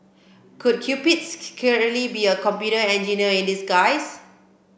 could Cupids be a computer engineer in disguise